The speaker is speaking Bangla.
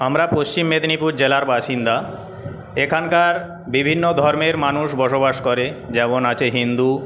আমরা পশ্চিম মেদিনীপুর জেলার বাসিন্দা এখানকার বিভিন্ন ধর্মের মানুষ বসবাস করে যেমন আছে হিন্দু